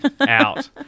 Out